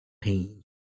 Pain